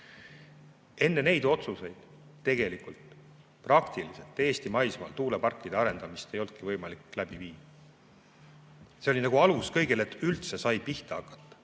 Enne neid otsuseid tegelikult praktiliselt Eesti maismaal tuuleparkide arendamist ei olnudki võimalik läbi viia. See oli nagu alus kõigele, et üldse sai pihta hakata.